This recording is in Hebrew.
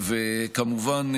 וכמובן,